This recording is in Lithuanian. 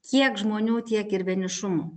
kiek žmonių tiek ir vienišumo